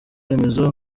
remezo